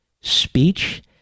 speech